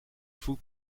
voet